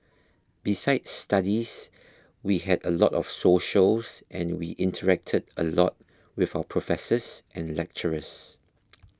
besides studies we had a lot of socials and we interacted a lot with our professors and lecturers